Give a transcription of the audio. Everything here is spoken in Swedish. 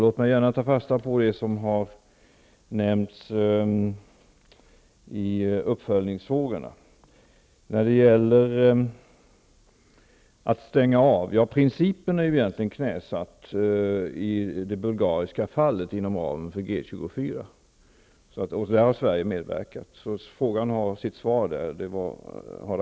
Låt mig ta fasta på det som har nämnts när det gäller uppföljningsfrågan. Beträffande att stänga av så är principen egentligen knäsatt i det bulgariska fallet inom ramen för G 24, och där har Sverige medverkat. Hadar Cars fråga får därmed sitt svar.